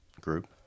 Group